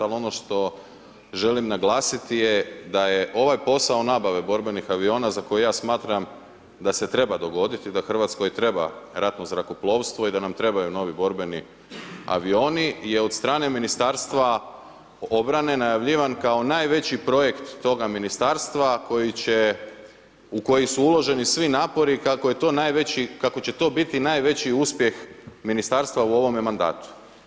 Ali ono što želim naglasiti je da je ovaj posao nabave borbenih aviona za koje ja smatram da se treba dogoditi da Hrvatskoj treba ratno zrakoplovstvo i da nam trebaju novi borbeni avioni je od strane Ministarstva obrane najavljivan kao najveći projekt toga Ministarstva u koji su uloženi svi napori, kako će to biti najveći uspjeh Ministarstva u ovome mandatu.